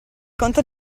conto